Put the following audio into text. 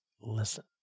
listen